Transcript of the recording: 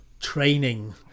training